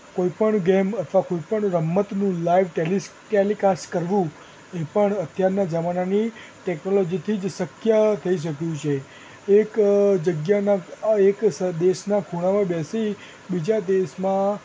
કોઈ પણ ગેમ અથવા કોઈ પણ રમતનું લાઈવ ટેલિસ ટૅલીકાસ્ટ કરવું એ પણ અત્યારના જમાનાની ટૅકનોલોજીથી જ શકય થઈ શક્યું છે એક જગ્યાના એક સ દેશના ખૂણામાં બેસી બીજા દેશમાં